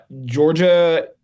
georgia